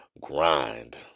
grind